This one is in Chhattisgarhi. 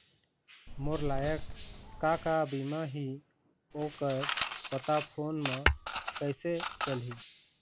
मोर लायक का का बीमा ही ओ कर पता फ़ोन म कइसे चलही?